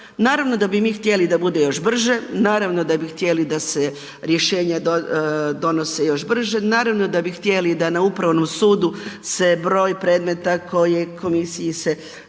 Naravno da bi mi htjeli da bude još brže, naravno da bi htjeli da se rješenja donose još brže, naravno da bi htjeli da na upravnom sudu se broj predmeta koje komisiji se